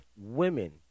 women